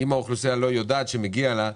אם האוכלוסייה לא יודעת שמגיע לה,